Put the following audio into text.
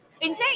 insane